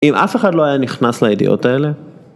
אם אף אחד לא היה נכנס לידיעות האלה